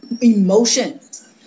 emotions